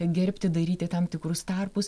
gerbti daryti tam tikrus tarpus